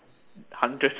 hundred